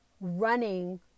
running